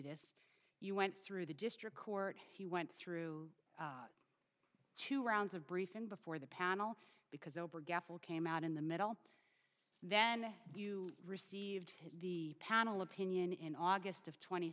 this you went through the district court he went through two rounds of briefing before the panel because over gavel came out in the middle then you received the panel opinion in august of tw